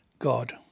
God